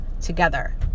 together